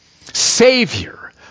savior